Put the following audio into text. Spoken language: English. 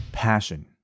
passion